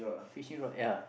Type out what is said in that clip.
fishing rod ya